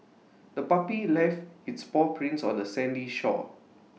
the puppy left its paw prints on the sandy shore